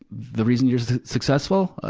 the reason you're successful?